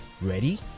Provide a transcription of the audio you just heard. Ready